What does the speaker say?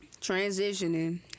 Transitioning